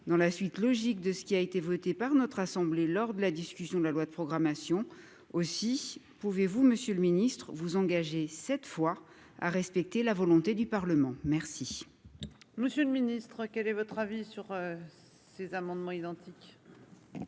dans la suite logique de ce qui a été votée par notre assemblée lors de la discussion de la loi de programmation aussi. Pouvez-vous, Monsieur le Ministre vous engager cette fois à respecter la volonté du Parlement. Merci. Monsieur le Ministre, quel est votre avis sur. Ces amendements identiques.--